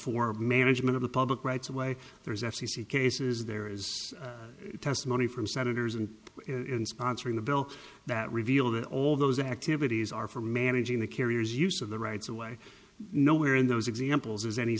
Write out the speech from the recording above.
for management of the public rights of way there is f c c cases there is testimony from senators and in sponsoring the bill that reveal the old those activities are for managing the carriers use of the rights of way no where in those examples is any